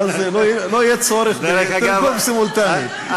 ואז לא יהיה צורך בתרגום סימולטני.